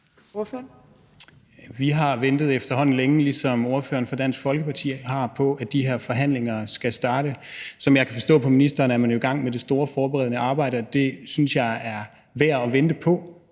Vi har efterhånden ligesom ordføreren for Dansk Folkeparti ventet længe på, at de her forhandlinger skal starte. Som jeg kan forstå på ministeren, er man jo i gang med det store forberedende arbejde, og det synes jeg er værd at vente på.